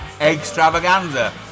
extravaganza